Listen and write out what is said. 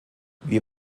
wir